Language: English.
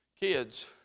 kids